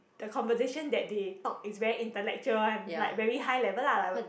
the conversation that they talk is very intellectual one like very high level lah